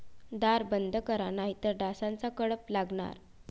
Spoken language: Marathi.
दार बंद करा नाहीतर डासांचा कळप लागणार